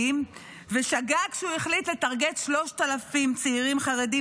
ושגה כשהוא החליט לטרגט 3,000 צעירים חרדים,